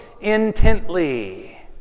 intently